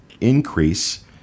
increase